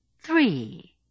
Three